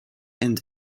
and